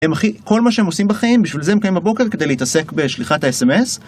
הם הכי, כל מה שהם עושים בחיים, בשביל זה הם קיימים בבוקר כדי להתעסק בשליחת ה-SMS.